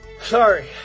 Sorry